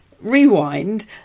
rewind